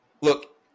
Look